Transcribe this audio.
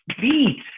beat